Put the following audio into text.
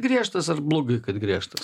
griežtas ar blogai kad griežtas